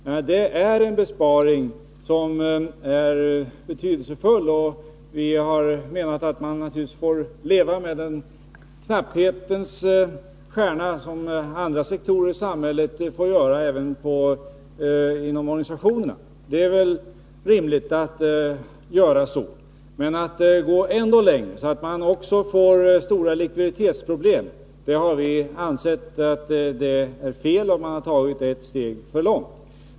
Den besparingen är betydelsefull. Naturligtvis är det rimligt att organisationerna, liksom andra sektorer i samhället, får finna sig i att leva under knapphetens stjärna. Men att gå ännu längre — så att följden blir stora likviditetsproblem — har vi ansett vara felaktigt. Man går då ett steg för långt.